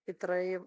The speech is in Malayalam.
ഇത്രയും